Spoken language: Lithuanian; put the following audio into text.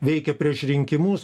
veikia prieš rinkimus